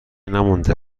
نمانده